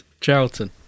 Charlton